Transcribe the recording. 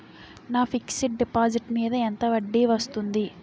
నా fixed deposit మీద ఎంత వడ్డీ వస్తుంది?